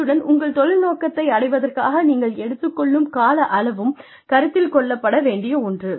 அத்துடன் உங்கள் தொழில் நோக்கத்தை அடைவதற்காக நீங்கள் எடுத்துக் கொள்ளும் கால அளவும் கருத்தில் கொள்ளப்பட வேண்டிய ஒன்று